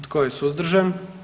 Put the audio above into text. Tko je suzdržan?